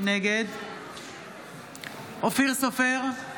נגד אופיר סופר,